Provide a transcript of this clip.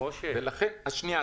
ולכן --- משה --- שנייה,